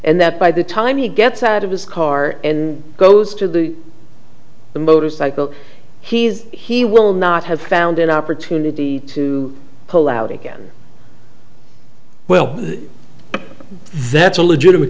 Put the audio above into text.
and that by the time he gets out of his car goes to the motorcycle he's he will not have found an opportunity to pull out again well that's a legitimate